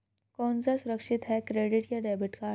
कौन सा सुरक्षित है क्रेडिट या डेबिट कार्ड?